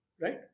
right